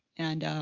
and